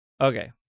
Okay